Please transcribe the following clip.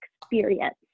experience